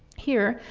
here,